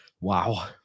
Wow